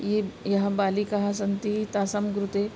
ये यः बालिकाः सन्ति तासां कृते